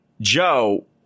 Joe